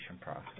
process